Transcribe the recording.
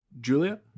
Julia